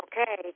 okay